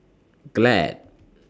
Glad